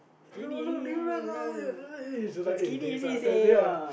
you look different ah she's like eh thanks lah thanks ya